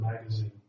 magazine